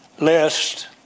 lest